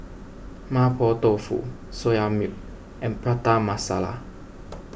Mapo Tofu Soya Milk and Prata Masala